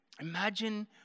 Imagine